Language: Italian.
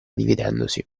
dividendosi